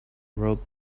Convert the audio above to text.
rode